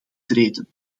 treden